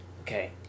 Okay